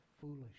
foolish